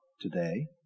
today